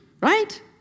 Right